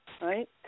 right